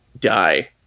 die